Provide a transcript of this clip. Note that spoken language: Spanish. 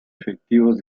efectivos